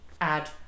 add